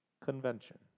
convention